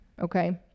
Okay